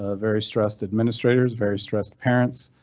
ah very stressed administrators very stressed parents.